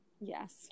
Yes